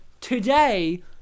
today